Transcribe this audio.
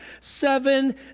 seven